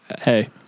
Hey